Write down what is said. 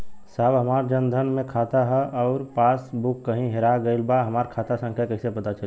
साहब हमार जन धन मे खाता ह अउर पास बुक कहीं हेरा गईल बा हमार खाता संख्या कईसे पता चली?